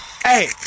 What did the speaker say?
Hey